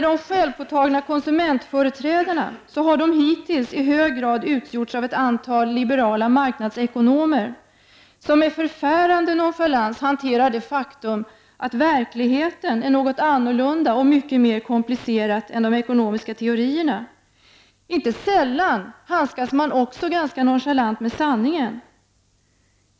De självpåtagna konsumentföreträdarna har hittills i hög grad utgjorts av ett antal liberala marknadsekonomer som med förfärande nonchalans hanterar det faktum att verkligheten är något annorlunda och mycket mer komplicerat än de ekonomiska teorierna. Inte sällan handskas de också nonchalant med sanningen.